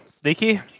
sneaky